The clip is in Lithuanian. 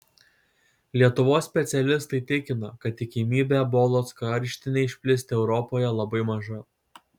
lietuvos specialistai tikina kad tikimybė ebolos karštinei išplisti europoje labai maža